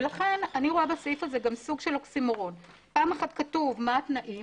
לכן אני רואה בסעיף הזה סוג של אוקסימורון פעם אחת כתוב מה התנאים,